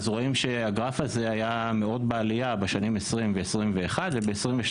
אז רואים שהגרף הזה היה מאוד בעלייה בשנים 2020 2021 וב-2022